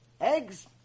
Eggs